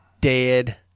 dead